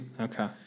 Okay